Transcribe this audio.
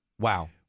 Wow